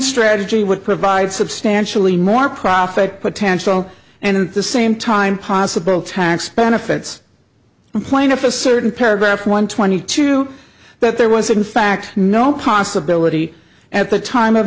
strategy would provide substantially more profit potential and at the same time possible tax benefits plaintiff a certain paragraph one twenty two that there was in fact no possibility at the time of